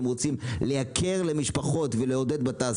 על כך שהיא רוצה לייקר את החשמל למשפחות ולעודד את התעשייה,